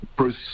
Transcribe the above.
Bruce